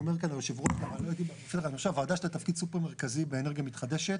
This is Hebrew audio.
יש לה תפקיד סופר מרכזי באנרגיה מתחדשת.